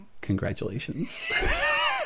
congratulations